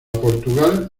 portugal